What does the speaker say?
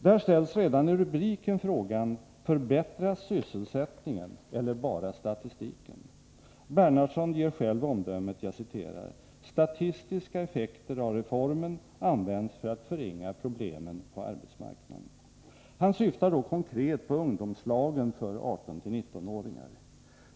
Där ställs redan i rubriken frågan: ”Förbättras sysselsättningen — eller bara statistiken?” Bernhardsson ger själv omdömet: ”Statistiska effekter av reformen används för att förringa problemen på arbetsmarknaden.” Han syftar då konkret på ungdomslagen för 18-19-åringar.